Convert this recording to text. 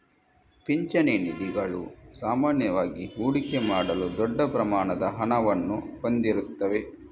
ಪಿಂಚಣಿ ನಿಧಿಗಳು ಸಾಮಾನ್ಯವಾಗಿ ಹೂಡಿಕೆ ಮಾಡಲು ದೊಡ್ಡ ಪ್ರಮಾಣದ ಹಣವನ್ನು ಹೊಂದಿರುತ್ತವೆ